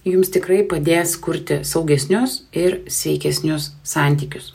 jums tikrai padės kurti saugesnius ir sveikesnius santykius